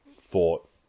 thought